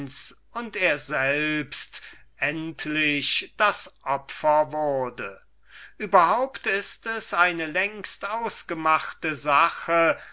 und er selbst endlich die opfer wurden überhaupt ist es eine längst ausgemachte sache